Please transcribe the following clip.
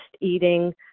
eating